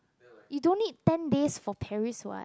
you don't need ten days for Paris [what]